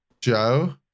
Joe